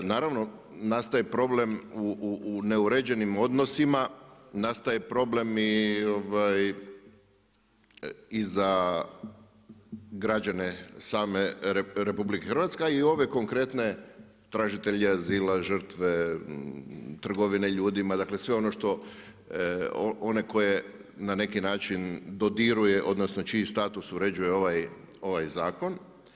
Naravno nastaje problem u neuređenim odnosima, nastaje problem i za građane same RH a i ove konkretne tražitelje azila, žrtve, trgovine ljudima, dakle sve ono što, one koje na neki način dodiruju, odnosno čiji status dodiruje ovaj zakon.